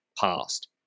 past